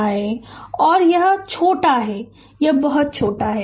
तो और यह यह यह छोटा है और यह बहुत छोटा है